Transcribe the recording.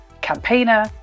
campaigner